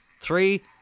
Three